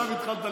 זהו, מספיק.